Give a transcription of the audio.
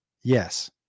yes